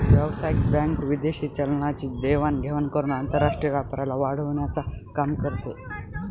व्यावसायिक बँक विदेशी चलनाची देवाण घेवाण करून आंतरराष्ट्रीय व्यापाराला वाढवण्याचं काम करते